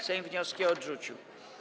Sejm wnioski odrzucił.